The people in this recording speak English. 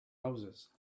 roses